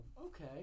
okay